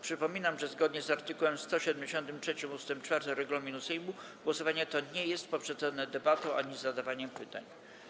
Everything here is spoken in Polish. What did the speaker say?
Przypominam, że zgodnie z art. 173 ust. 4 regulaminu Sejmu głosowanie to nie jest poprzedzone debatą ani zadawaniem pytań.